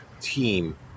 team